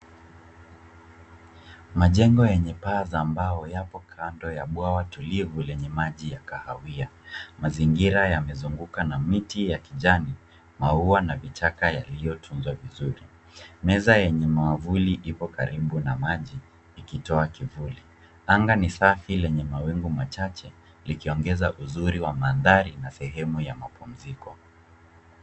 Majengo yenye paa za mbao yapo kando ya bwawa tulivu yenye maji ya kahawia. Mazingira yamezungukwa na miti ya kijani, maua na vichaka yaliyotunzwa vizuri. Meza yenye mwavuli ipo karibu na maji ikitoa kivuli. Anga ni safi lenye mawingu machache likiongeza uzuri wa mandhari na sehemu ya mapumziko.